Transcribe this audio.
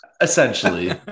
Essentially